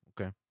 Okay